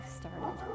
started